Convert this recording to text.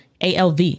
ALV